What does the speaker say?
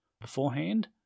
beforehand